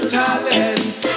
talent